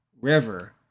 river